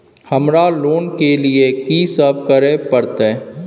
हमरा लोन के लिए की सब करे परतै?